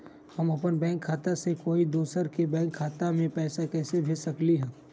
हम अपन बैंक खाता से कोई दोसर के बैंक खाता में पैसा कैसे भेज सकली ह?